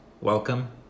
welcome